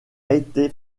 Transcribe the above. été